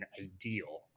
ideal